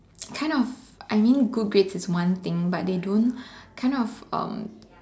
kind of I mean good grades is one thing but they don't kind of